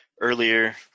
earlier